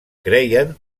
creien